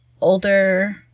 older